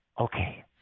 okay